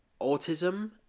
autism